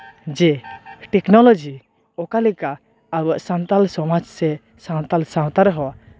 ᱡᱮ ᱴᱮᱠᱱᱳᱞᱚᱡᱤ ᱚᱠᱟ ᱞᱮᱠᱟ ᱟᱵᱚᱣᱟᱜ ᱥᱟᱱᱛᱟᱞ ᱥᱚᱢᱟᱡ ᱥᱮ ᱥᱟᱶᱛᱟᱞ ᱥᱟᱶᱛᱟ ᱨᱮᱦᱚᱸ